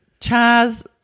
Chaz